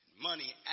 Money